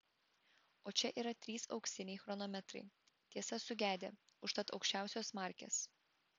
o čia yra trys auksiniai chronometrai tiesa sugedę užtat aukščiausios markės